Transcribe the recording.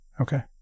Okay